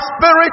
spirit